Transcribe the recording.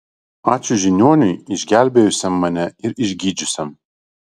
ačiū žiniuoniui išgelbėjusiam mane ir išgydžiusiam